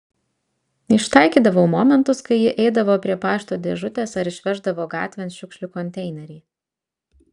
ištaikydavau momentus kai ji eidavo prie pašto dėžutės ar išveždavo gatvėn šiukšlių konteinerį